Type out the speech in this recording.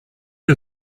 que